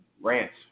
rants